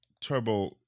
Turbo